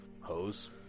Hose